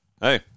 Hey